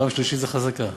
פעם שלישית זה חזקה.